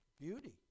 beauty